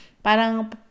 Parang